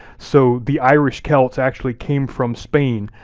so the irish celts actually came from spain,